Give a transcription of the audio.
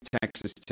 Texas